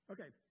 Okay